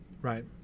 right